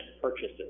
purchases